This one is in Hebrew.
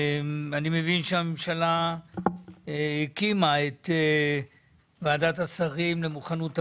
אני מבין שהממשלה הקימה את ועדת השרים למוכנות העורף,